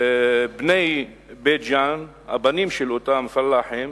בני בית-ג'ן, הבנים של אותם פלאחים,